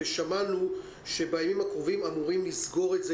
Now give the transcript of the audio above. ושמענו שבימים הקרובים אמורים לסגור את זה